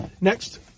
Next